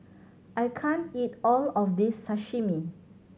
I can't eat all of this Sashimi